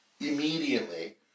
immediately